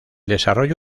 desarrollo